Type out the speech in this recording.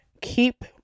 keep